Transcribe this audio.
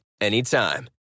anytime